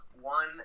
one